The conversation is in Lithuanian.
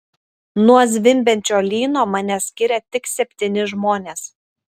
nuo zvimbiančio lyno mane skiria tik septyni žmonės